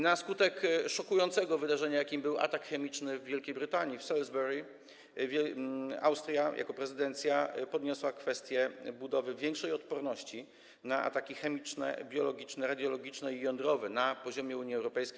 Na skutek szokującego wydarzenia, jakim był atak chemiczny w Wielkiej Brytanii, w Salisbury, Austria jako prezydencja podniosła kwestię budowy większej odporności na ataki chemiczne, biologiczne, radiologiczne i jądrowe na poziomie Unii Europejskiej.